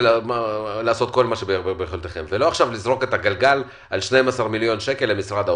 לא לזרוק את הגלגל על 12 מיליון שקל למשרד האוצר.